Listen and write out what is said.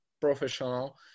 professional